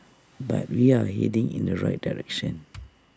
but we are heading in the right direction